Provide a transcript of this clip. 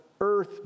earth